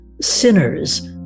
sinners